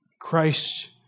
Christ